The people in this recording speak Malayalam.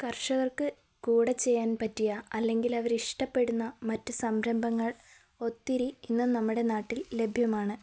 കർഷകർക്ക് കൂടെ ചെയ്യാൻ പറ്റിയ അല്ലെങ്കിൽ അവരിഷ്ടപ്പെടുന്ന മറ്റു സംരംഭങ്ങൾ ഒത്തിരി ഇന്ന് നമ്മുടെ നാട്ടിൽ ലഭ്യമാണ്